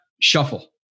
shuffle